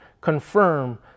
confirm